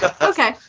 okay